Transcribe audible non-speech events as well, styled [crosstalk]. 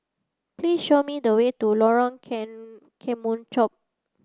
please show me the way to Lorong [unintelligible] Kemunchup